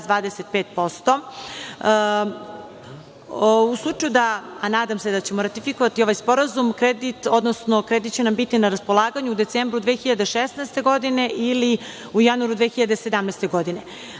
2,25%. U slučaju da, a nadam se da ćemo ratifikovati ovaj sporazum, kredit će nam biti na raspolaganju u decembru 2016. godine ili u januaru 2017. godine. Kada